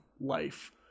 life